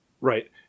Right